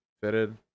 fitted